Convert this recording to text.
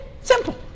Simple